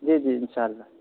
جی جی انشاء اللہ